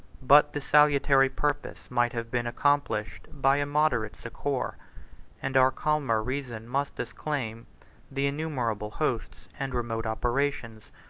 but this salutary purpose might have been accomplished by a moderate succor and our calmer reason must disclaim the innumerable hosts, and remote operations,